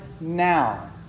now